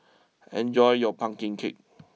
enjoy your Pumpkin Cake